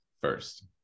first